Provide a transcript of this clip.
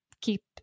keep